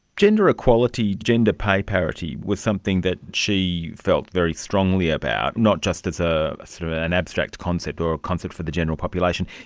gender equality, gender pay parity was something that she felt very strongly about, not just as ah sort of ah an abstract concept or a concept for the general population,